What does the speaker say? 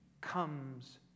comes